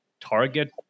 target